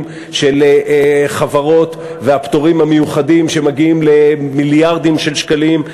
של חברות והפטורים המיוחדים שמגיעים למיליארדים של שקלים,